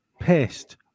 pissed